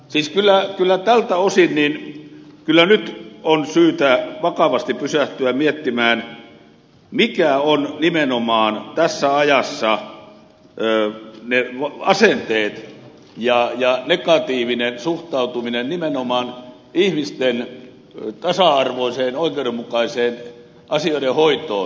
siis kyllä tältä osin nyt on syytä vakavasti pysähtyä miettimään mikä on nimenomaan tässä ajassa se asenne ja negatiivinen suhtautuminen nimenomaan ihmisten tasa arvoiseen oikeudenmukaiseen asioiden hoitoon